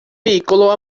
piccolo